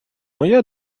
моя